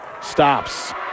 stops